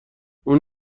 اون